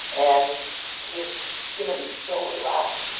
and it's going to be so relaxed.